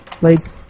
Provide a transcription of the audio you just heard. Blades